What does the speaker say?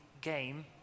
game